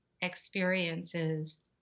experiences